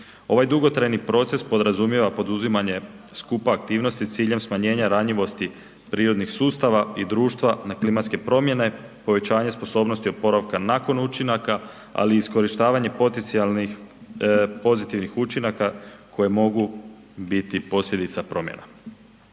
Ovaj dugotrajni proces podrazumijeva poduzimanje skupa aktivnosti s ciljem smanjenja ranjivosti prirodnih sustava i društva na klimatske promjene, povećanje sposobnosti nakon učinaka, ali i iskorištavanje potencijalnih pozitivnih učinaka koje mogu biti posljedica promjena.